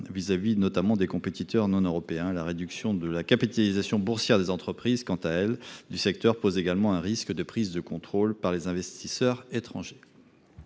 vis-à-vis notamment des compétiteurs. Non. La réduction de la capitalisation boursière des entreprises quant à elles du secteur pose également un risque de prise de contrôle par les investisseurs étrangers.